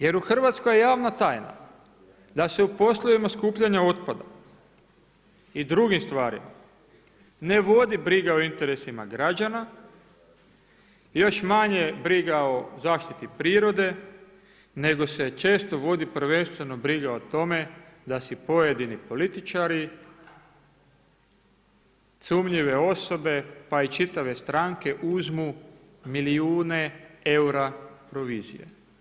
Jer u Hrvatskoj je javna tajna da se u poslovima skupljanja otpada i drugim stvarima ne vodi briga o interesima građana, još manje o briga o zaštiti prirode nego se često vodi prvenstveno briga o tome da si pojedini političari, sumnjive osobe pa i čitave stranke uzmu milijune eura provizije.